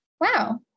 Wow